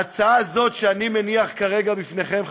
ההצעה הזאת שאני מניח כרגע בפניכם,